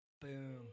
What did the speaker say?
Boom